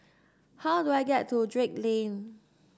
how do I get to Drake Lane